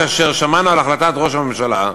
כאשר שמענו על החלטת ראש הממשלה,